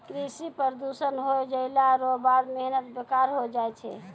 कृषि प्रदूषण हो जैला रो बाद मेहनत बेकार होय जाय छै